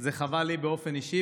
זה חבל לי באופן אישי,